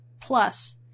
Plus